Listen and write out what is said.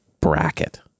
bracket